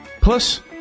Plus